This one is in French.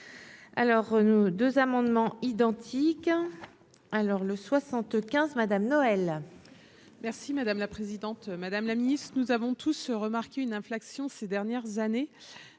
nous deux amendements identiques alors le 75 Madame Noël. Merci madame la présidente, madame la miss, nous avons tous remarqué une inflexion ces dernières années